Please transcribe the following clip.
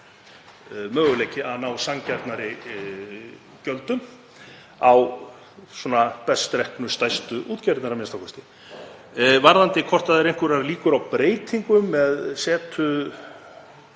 möguleiki að ná sanngjarnari gjöldum á best reknu stærstu útgerðirnar a.m.k. Varðandi hvort það eru einhverjar líkur á breytingum með setu